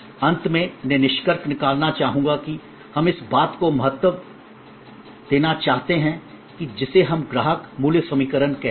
अंत में यह निष्कर्ष निकालना चाहूंगा कि हम इस बात को महत्व देना चाहते हैं जिसे हम ग्राहक मूल्य समीकरण कहते हैं